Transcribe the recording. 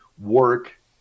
work